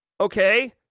okay